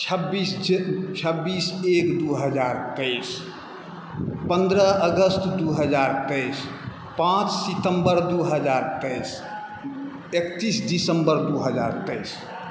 छब्बीस एक दू हजार तेइस पन्द्रह अगस्त दू हजार तेइस पाँच सितम्बर दू हजार तेइस एकतीस दिसम्बर दू हजार तेइस